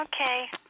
Okay